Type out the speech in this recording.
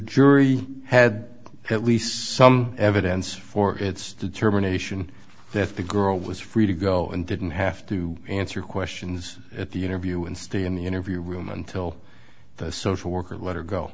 jury had at least some evidence for its determination that the girl was free to go and didn't have to answer questions at the interview and stay in the interview room until the social worker let her